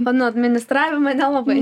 o nuo administravimo nelabai